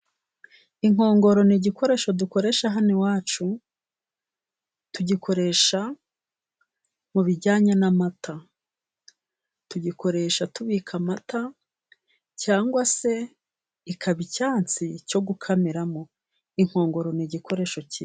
Inkongoro ni igikoresho dukoresha hano iwacu , tugikoresha mu bijyanye n'amata. Tugikoresha tubika amata cyangwa se ikaba icyansi cyo gukamiramo inkongoro ni igikoresho cyiza.